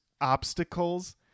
obstacles